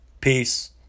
peace